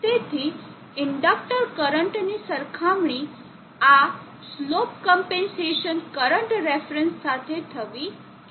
તેથી ઇન્ડકટર કરંટની સરખામણી આ સ્લોપ ક્મ્પેન્સેસન કરંટ રેફરન્સ સાથે થવી જોઈએ